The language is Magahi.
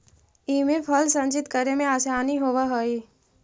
इमे फल संचित करे में आसानी होवऽ हई